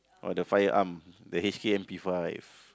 oh the fire arm the H_K M_P-five